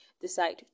decide